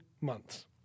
months